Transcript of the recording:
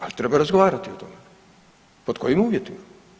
Ali treba razgovarati o tome pod kojim uvjetima.